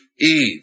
Eve